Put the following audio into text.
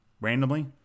randomly